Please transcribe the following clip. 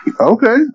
Okay